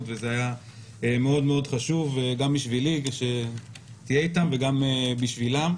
וזה היה מאוד מאוד חשוב גם בשבילי שתהיה איתם וגם בשבילם,